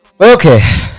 Okay